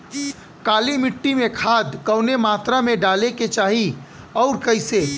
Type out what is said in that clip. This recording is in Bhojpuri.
काली मिट्टी में खाद कवने मात्रा में डाले के चाही अउर कइसे?